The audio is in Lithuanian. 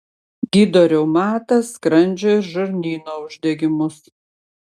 gydo reumatą skrandžio ir žarnyno uždegimus